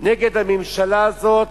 נגד הממשלה הזאת,